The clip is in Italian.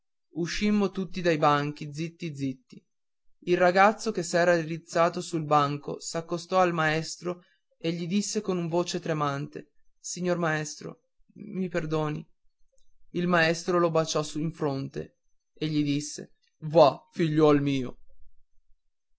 uscimmo tutti dai banchi zitti zitti il ragazzo che s'era rizzato sul banco s'accostò al maestro e gli disse con voce tremante signor maestro mi perdoni il maestro lo baciò in fronte e gli disse va figliuol mio